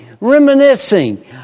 reminiscing